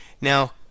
Now